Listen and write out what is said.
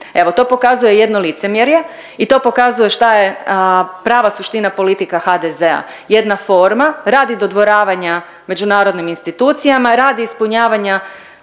Evo, to pokazuje jedno licemjerje i to pokazuje šta je prava suština politikama HDZ-a. Jedna forma radi dodvoravanja međunarodnim institucijama, radi ispunjavanja